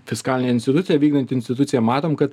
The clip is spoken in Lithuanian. fiskalinė institucija vykdanti institucija matom kad